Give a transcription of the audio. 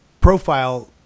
profile